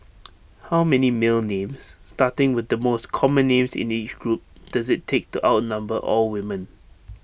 how many male names starting with the most common names in each group does IT take to outnumber all women